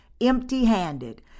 empty-handed